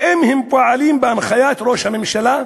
האם הם פועלים בהנחיית ראש הממשלה?